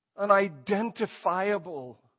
unidentifiable